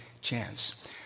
chance